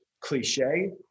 cliche